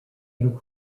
and